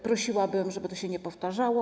Prosiłabym, żeby to się nie powtarzało.